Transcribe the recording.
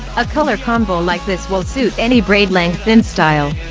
a color combo like this will suit any braid length and style.